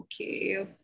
okay